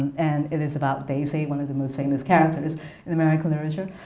and it is about daisy, one of the most famous characters in american literature.